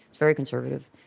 very conservative.